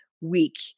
week